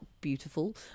beautiful